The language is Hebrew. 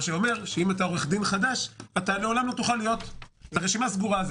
מה שאומר שאם אתה עורך דין חדש זאת רשימה סגורה.